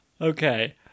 Okay